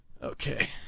Okay